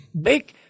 big